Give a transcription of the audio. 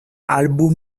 álbum